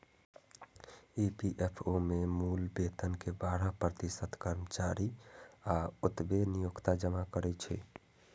EPFO मे मूल वेतन के बारह प्रतिशत कर्मचारी आ ओतबे नियोक्ता जमा करै छै